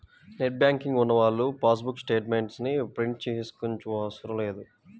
net banking ఉన్నవాళ్ళు passbook statements ని print తీయించుకోనవసరం లేదు